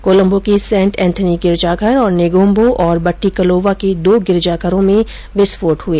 कोलंबो के Saint Anthony गिरजाघर तथा नेगोम्बो और बट्टीकलोवा के दो गिरजाघरों में विस्फोट हुए